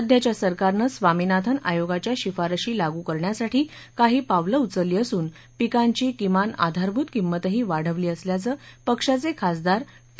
सध्याच्या सरकारनं स्वामीनाथन आयोगाच्या शिफारशी लागू करण्यासाठी काही पावलं उचलली असून पिकांची किमान आधारभूत किमतही वाढवली असल्याचं पक्षाचे खासदार टी